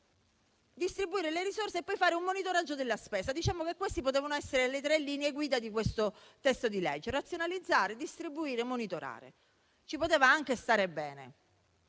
Distribuire le risorse e poi fare un monitoraggio della spesa: queste potevano essere le tre linee guida di questo testo di legge. Razionalizzare, distribuire, monitorare: poteva anche andare bene,